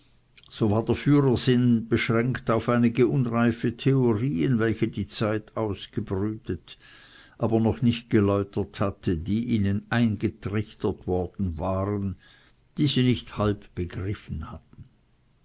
so war der führer sinn beschränkt auf einige unreife theorien welche die zeit ausgebrütet aber noch nicht geläutert hatte die ihnen eingetrichtert worden waren die sie nicht halb begriffen hatten